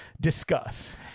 discuss